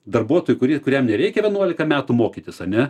darbuotojui kurį kuriam nereikia vienuolika metų mokytis ane